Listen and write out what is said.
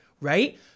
right